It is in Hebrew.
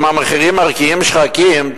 אם המחירים מרקיעים שחקים,